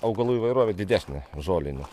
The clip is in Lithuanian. augalų įvairovė didesnė žolinių